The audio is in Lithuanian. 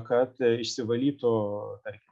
kad išsivalytų tarkim